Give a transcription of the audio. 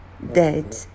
dead